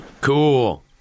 Cool